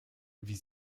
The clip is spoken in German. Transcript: wie